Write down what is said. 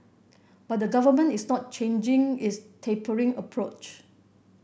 but the Government is not changing its tapering approach